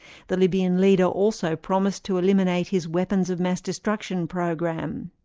the libyan leader also promised to eliminate his weapons of mass destruction program.